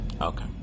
Okay